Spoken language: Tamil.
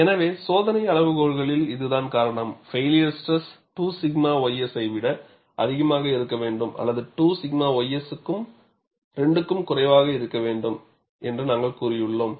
எனவே சோதனை அளவுகோல்களில் இதுதான் காரணம் ஃபைலியர் ஸ்ட்ரெஸ் 2 𝛔 ys ஐ விட அதிகமாக இருக்க வேண்டும் அல்லது 2 𝛔 ys க்கு 2 க்கும் குறைவாக இருக்க வேண்டும் என்று நாங்கள் கூறியுள்ளோம்